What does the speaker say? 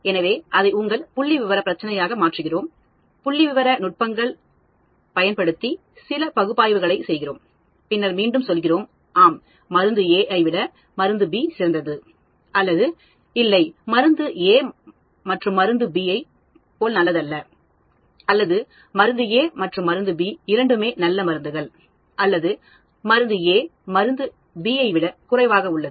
எனவே அதை உங்கள் புள்ளிவிவரப் பிரச்சினையாக மாற்றுகிறோம் புள்ளிவிவர நுட்பங்கள் அல்லது கருவிகளைப் பயன்படுத்தி சில பகுப்பாய்வுகளைச் செய்கிறோம் பின்னர் மீண்டும் சொல்கிறோம் ஆம் மருந்து A ஐ விட சிறந்தது மருந்து B அல்லது இல்லை மருந்து A மருந்து B ஐப் போல நல்லதல்ல அல்லது மருந்து A மற்றும் மருந்து B இரண்டுமே நல்ல மருந்துகள் அல்லது மருந்து A மருந்து B ஐ விட குறைவாக உள்ளது